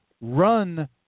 run